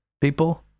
people